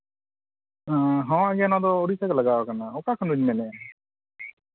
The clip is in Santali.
ᱦᱮᱸ ᱱᱚᱣᱟᱫᱚ ᱩᱲᱤᱥᱥᱟ ᱜᱮ ᱞᱟᱜᱟᱣ ᱠᱟᱱᱟ ᱚᱠᱟ ᱠᱷᱚᱱ ᱵᱤᱱ ᱢᱮᱱᱮᱫᱼᱟ